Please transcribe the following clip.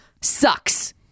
sucks